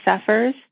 suffers